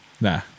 Nah